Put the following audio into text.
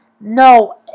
No